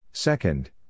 Second